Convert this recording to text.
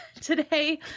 today